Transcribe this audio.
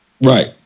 Right